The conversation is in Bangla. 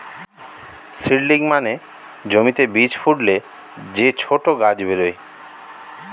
সিডলিং মানে জমিতে বীজ ফুটলে যে ছোট গাছ বেরোয়